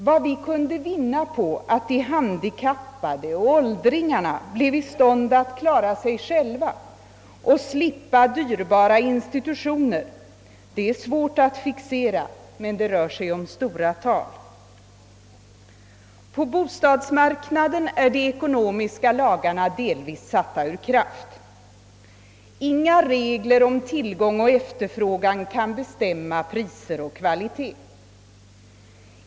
Vad vi kunde vinna på att de handikappade och åldringarna bleve i stånd att klara sig själva, varigenom vi skulle kunna spara in dyrbara institutioner, är svårt att fixera, men det rör sig om stora belopp. På bostadsmarknaden är de ekonomiska lagarna delvis satta ur kraft. Inga regler om tillgång och efterfrågan bestämmer priser och kvalitet.